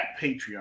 patreon